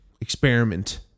experiment